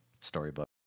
storybook